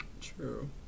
True